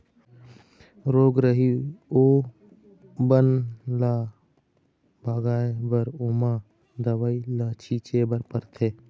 रोग राई अउ बन ल भगाए बर ओमा दवई ल छिंचे बर परथे